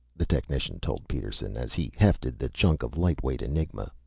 the technician told peterson, as he hefted the chunk of lightweight enigma.